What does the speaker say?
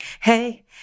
hey